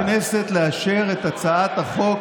לפיכך מתבקשת הכנסת לאשר את הצעת החוק